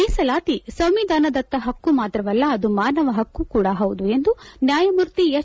ಮೀಸಲಾತಿ ಸಂವಿಧಾನದತ್ತ ಹಕ್ಕು ಮಾತ್ರವಲ್ಲ ಅದು ಮಾನವ ಹಕ್ಕು ಕೂಡ ಹೌದು ಎಂದು ನ್ಯಾಯಮೂರ್ತಿ ಎಚ್